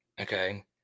okay